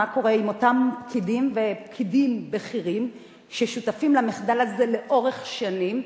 מה קורה עם אותם פקידים בכירים ששותפים למחדל הזה לאורך שנים?